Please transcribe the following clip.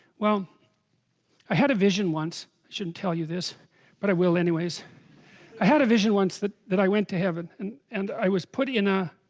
well i had a vision once shouldn't tell you but i will anyways i had a vision once that that i went to heaven and and i was put in a